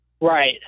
Right